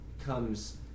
comes